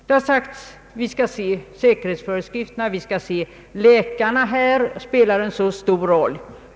Det har här sagts att vi bör komma ihåg de speciella säkerhetsföreskrifter, som gäller vid boxning, och att läkarna i detta sammanhang spelar en stor roll.